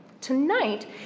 Tonight